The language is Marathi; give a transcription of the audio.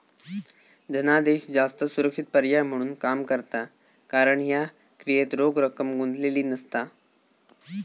धनादेश जास्त सुरक्षित पर्याय म्हणून काम करता कारण ह्या क्रियेत रोख रक्कम गुंतलेली नसता